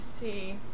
see